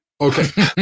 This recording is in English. Okay